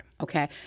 Okay